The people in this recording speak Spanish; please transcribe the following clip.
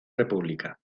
república